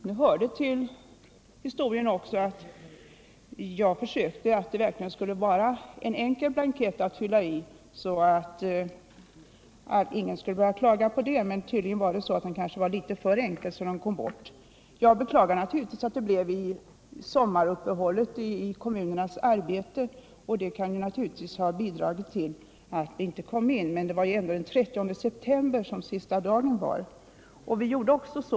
Det hör också till historien att jag verkligen försökte få fram en blankett som är enkel att fylla i, så att ingen skulle behöva klaga på det. Men kanske var den litet för enkel, så den kom bort. Jag beklagar naturligtvis att blanketten skickades ut när kommunerna har sommaruppehåll i sitt arbete. Det kan ju ha bidragit till att ansökningarna inte skickades in. Men sista dagen var ändå den 30 september.